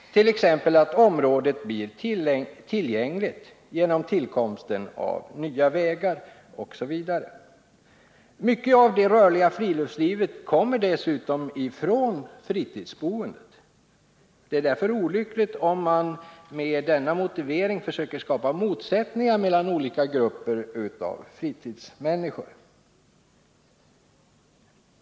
t.ex. att området blir tillgängligt genom tillkomsten av nya vägar osv. Mycket av det rörliga friluftslivet kommer dessutom från fritidsboendet. Det är därför olyckligt om man med denna motivering försöker skapa motsättningar mellan olika grupper av fritidsmänniskor.